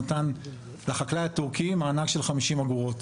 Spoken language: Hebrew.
נתן לחקלאי הטורקי מענק של 50 אגורות.